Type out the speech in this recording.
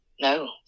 no